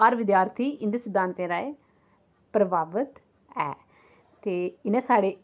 हर विद्यार्थी इं'दे सिद्धांतें राहें प्रभावत ऐ ते इ'नें सारे